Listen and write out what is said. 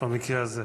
במקרה הזה.